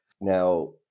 Now